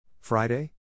Friday